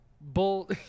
Bull